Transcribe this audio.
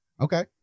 okay